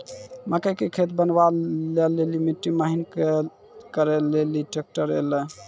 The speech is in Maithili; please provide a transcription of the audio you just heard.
मकई के खेत बनवा ले ली मिट्टी महीन करे ले ली ट्रैक्टर ऐलो?